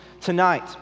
tonight